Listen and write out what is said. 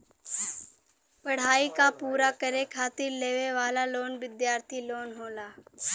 पढ़ाई क पूरा करे खातिर लेवे वाला लोन विद्यार्थी लोन होला